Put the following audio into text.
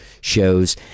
shows